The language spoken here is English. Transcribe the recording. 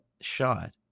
shot